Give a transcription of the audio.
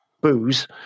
booze